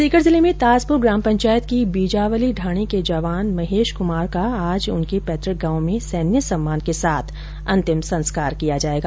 सीकर जिले में तांसपुर ग्राम पंचायत की बीजावली ढाणी के जवान महेश कुमार का आज उनके पैतुक गांव में सैन्य सम्मान के साथ अंतिम संस्कार किया जायेगा